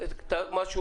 משהו